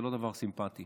זה לא דבר סימפטי.